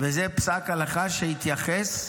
זה פסק הלכה שהתייחס,